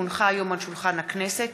כי הונחה היום על שולחן הכנסת,